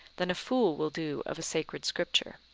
than a fool will do of sacred scripture.